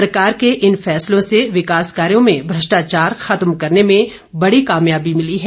सरकार के इन फैसलों से विकास कार्यो में भ्रष्टाचार खत्म करने में बड़ी कामयाबी मिली है